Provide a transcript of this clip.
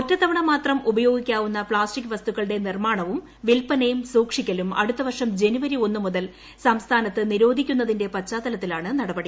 ഒറ്റത്തവണ മാത്രം ഉപയോഗിക്കാവുന്ന പ്ലാസ്റ്റിക് വസ്തുക്കളുടെ നിർമ്മാണവും വില്പനയും സൂക്ഷിക്കലും അടുത്ത വർഷം ജനുവരി ഒന്നുമുതൽ സംസ്ഥാനത്ത് നിരോധിക്കുന്നതിന്റെ പശ്ചാത്തലത്തിലാണ് നടപടി